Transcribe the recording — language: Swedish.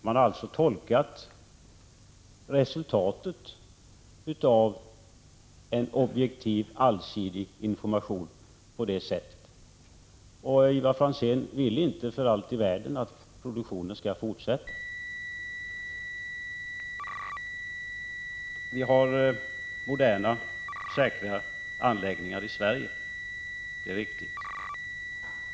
Man har alltså tolkat resultatet av en objektiv allsidig information på det sättet. Ivar Franzén vill inte för allt i världen att kärnkraftsproduktionen skall fortsätta. Vi har moderna, säkra anläggningar i Sverige, det är riktigt.